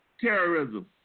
terrorism